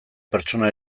pertsona